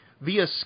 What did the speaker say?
via